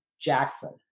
Jackson